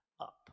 up